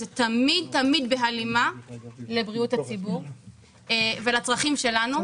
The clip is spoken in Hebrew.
זה תמיד תמיד בהלימה לבריאות הציבור ולצרכים שלנו,